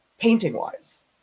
Painting-wise